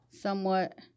somewhat